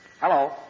Hello